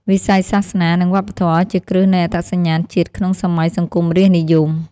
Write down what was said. វិស័យសាសនា និងវប្បធម៌ជាគ្រឹះនៃអត្តសញ្ញាណជាតិក្នុងសម័យសង្គមរាស្ត្រនិយម។